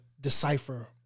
decipher